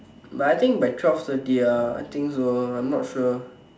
but I think by twelve thirty ah I think so I'm not sure